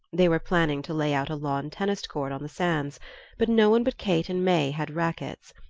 they were planning to lay out a lawn tennis court on the sands but no one but kate and may had racquets,